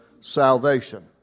salvation